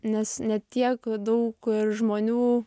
nes ne tiek daug žmonių